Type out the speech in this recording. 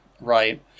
right